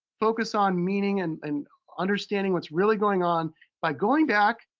focus on meaning and and understanding what's really going on by going back,